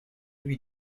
lui